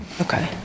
Okay